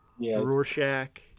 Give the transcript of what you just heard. Rorschach